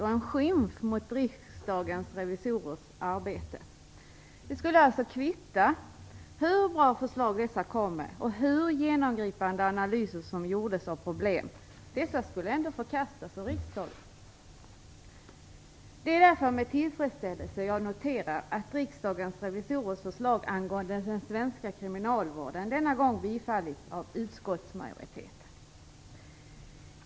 Det var en skymf mot Hur bra förslagen än var och hur genomgripande analyser av problemen som än gjordes skulle riksdagen ändå förkasta förslagen. Därför är det med tillfredsställelse som jag noterar att Riksdagens revisorers förslag angående den svenska kriminalvården denna gång tillstyrkts av utskottsmajoriteten.